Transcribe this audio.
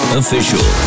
official